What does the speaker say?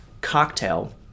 cocktail